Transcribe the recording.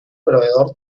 proveedor